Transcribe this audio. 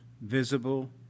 visible